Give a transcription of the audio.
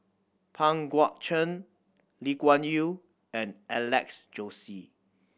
Pang Guek Cheng Lee Kuan Yew and Alex Josey